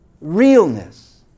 realness